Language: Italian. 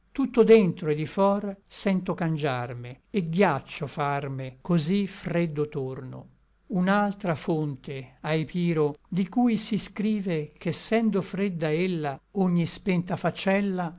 tutto dentro et di for sento cangiarme et ghiaccio farme cosí freddo torno un'altra fonte à epiro di cui si scrive ch'essendo fredda ella ogni spenta facella